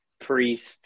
Priest